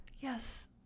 Yes